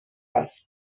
است